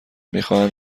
میخواهند